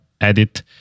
edit